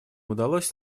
удалось